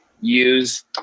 use